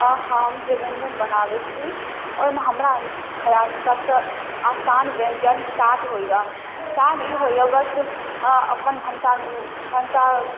हम जे व्यञ्जन बनाबै छी ओहिमे हमरा खिआलसँ सबसँ आसान व्यञ्जन साग होइए सागे होइए बस आओर अपन भनसा भनसा